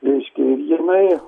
reiškia ir jinai